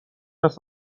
است